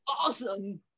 awesome